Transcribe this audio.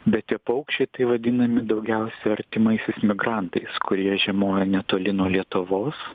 bet tie paukščiai tai vadinami daugiausiai artimaisiais migrantais kurie žiemoj netoli nuo lietuvos